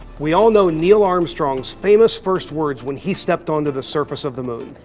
we all know neil armstrong's famous first words when he stepped onto the surface of the moon.